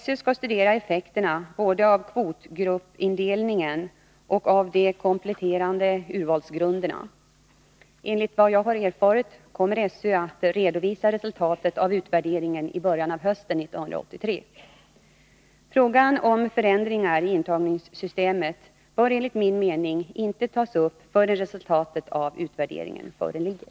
SÖ skall studera effekterna både av kvotgruppindelningen och av de kompletterande urvalsgrunderna. Enligt vad jag har erfarit kommer SÖ att redovisa resultatet av utvärderingen i början av hösten 1983. Frågan om förändringar i intagningssystemet bör enligt min mening inte tas upp förrän resultatet av utvärderingen föreligger.